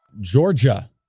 Georgia